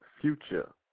Future